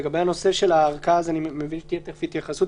לגבי נושא הערכאה, אני מבין שתכף תהיה התייחסות.